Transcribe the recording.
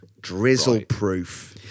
Drizzle-proof